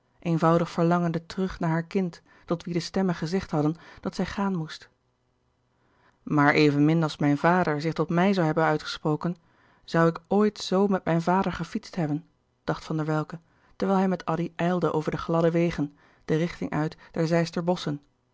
eenvoudig verlangende terug naar haar kind tot wien de stemmen gezegd hadden dat zij gaan moest maar evenmin als mijn vader zich tot mij zoû hebben uitgesproken zoû ik ooit zoo met mijn vader gefietst hebben dacht van der welcke terwijl hij met addy ijlde over de gladde wegen de richting uit der zeister bosschen